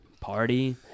party